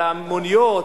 על המוניות,